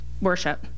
worship